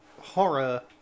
horror